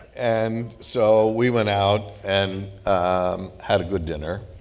and so we went out and um had a good dinner.